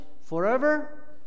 forever